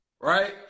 right